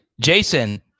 Jason